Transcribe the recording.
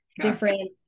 different